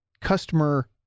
customer